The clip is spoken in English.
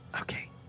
Okay